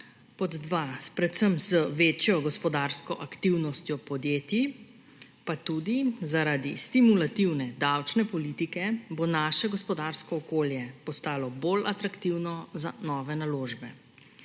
pod dva, predvsem z večjo gospodarsko aktivnostjo podjetij, pa tudi zaradi stimulativne davčne politike bo naše gospodarsko okolje postalo bolj atraktivno za nove naložbe.